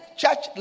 church